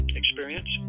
experience